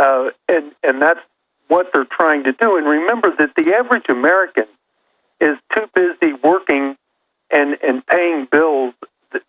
eye and and that's what they're trying to do in remember that the average american is too busy working and paying bills